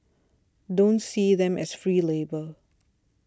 don't see them as free labour